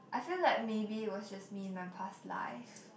I feel that maybe it was just me in my past life